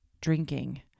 drinking